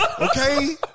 Okay